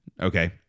Okay